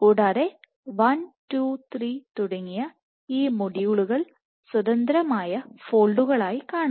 കൂടാതെ 1 2 3 തുടങ്ങിയ ഈ മൊഡ്യൂളുകൾ സ്വതന്ത്രമായ ഫോൾഡുകൾ ആയി കാണുന്നു